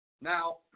Now